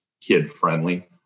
kid-friendly